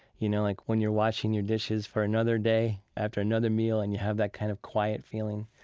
you know, like when you're washing your dishes for another day after another meal and you have that kind of quiet feeling,